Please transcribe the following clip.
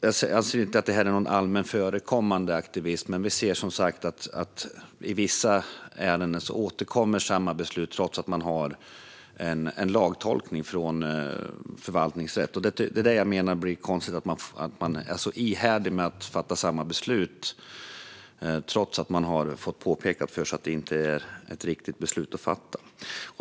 Jag anser inte att det är en allmänt förekommande aktivism, men vi ser som sagt att i samma beslut återkommer trots att man har en lagtolkning från förvaltningsrätten. Det är konstigt att man framhärdar i att fatta samma beslut trots att man har fått påpekat att det inte är rätt beslut att fatta.